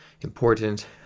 important